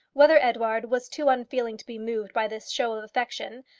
whether edouard was too unfeeling to be moved by this show of affection,